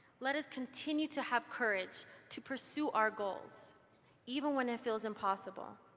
let us continue to have courage to pursue our goals even when it feels impossible.